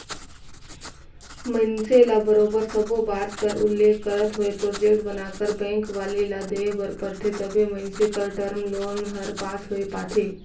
मइनसे ल बरोबर सब्बो बात कर उल्लेख करत होय प्रोजेक्ट बनाकर बेंक वाले ल देय बर परथे तबे मइनसे कर टर्म लोन हर पास होए पाथे